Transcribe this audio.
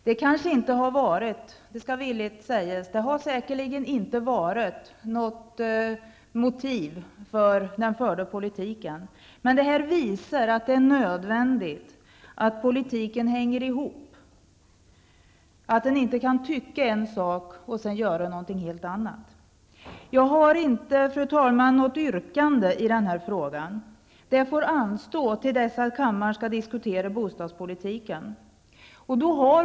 Det skall villigt sägas att detta säkerligen inte har varit något motiv för den förda politiken, men det visar att det är nödvändigt att politiken hänger ihop, att man inte kan tycka en sak och sedan göra någonting helt annat. Fru talman! Jag har inte något yrkande i den här frågan. Det får anstå till dess att kammaren skall diskutera bostadspolitiken.